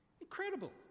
Incredible